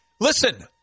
listen